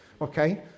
okay